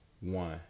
one